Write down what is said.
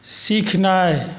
सिखनाइ